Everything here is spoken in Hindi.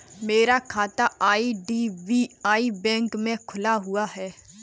मेरा खाता आई.डी.बी.आई बैंक में खुला हुआ है